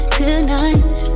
tonight